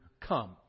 come